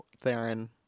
theron